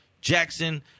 Jackson